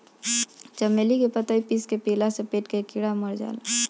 चमेली के पतइ पीस के पियला से पेट के कीड़ा मर जाले